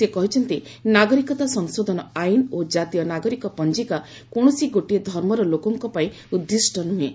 ସେ କହିଛନ୍ତି ନାଗରିକତା ସଂଶୋଧନ ଆଇନ ଓ ଜାତୀୟ ନାଗରିକ ପଞ୍ଜିକା କୌଣସି ଗୋଟିଏ ଧର୍ମର ଲୋକଙ୍କ ପାଇଁ ଉଦ୍ଦିଷ୍ଟ ନୁହେଁ